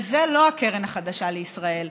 וזאת לא הקרן החדשה לישראל,